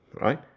right